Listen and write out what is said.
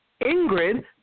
Ingrid